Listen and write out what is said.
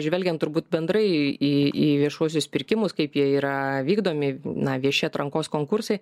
žvelgiant turbūt bendrai į į viešuosius pirkimus kaip jie yra vykdomi na vieši atrankos konkursai